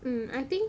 mm I think